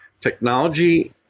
technology